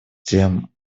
тем